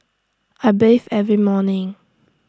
I bathe every morning